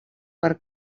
per